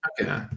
Okay